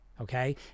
okay